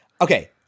Okay